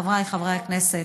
חבריי חברי הכנסת,